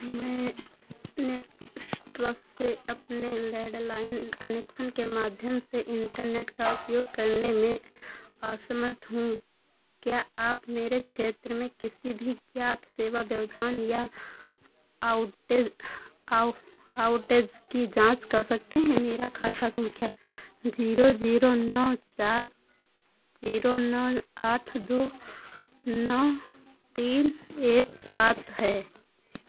मैं नेक्स्ट्रा से अपने लैण्डलाइन कनेक्शन के माध्यम से इन्टरनेट का उपयोग करने में असमर्थ हूँ क्या आप मेरे क्षेत्र में किसी भी ज्ञात सेवा व्यवधान या आउटेज़ आउ आउटेज़ की जाँच कर सकते हैं मेरा खाता सँख्या ज़ीरो ज़ीरो नौ चार ज़ीरो नौ आठ दो नौ तीन एक सात है